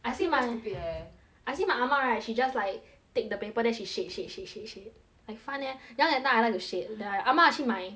I see very stupid leh I see my 阿嬷 right she just like take the paper then she shake shake shake shake shake like fun leh then that time I like to shake then 阿嬷去买